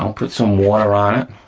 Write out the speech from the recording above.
um put some water on it.